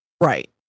right